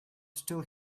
still